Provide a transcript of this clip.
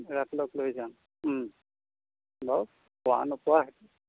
ৰাতুলক লগ লৈ যাম ওম বাৰু পোৱা নোপোৱা সেইটো